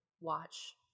watch